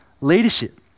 leadership